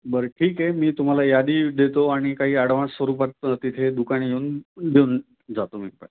बरं ठीक आहे मी तुम्हाला यादी देतो आणि काही ॲडवान्स स्वरूपात तिथे दुकान येऊन देऊन जातो मी पण